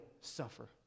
suffer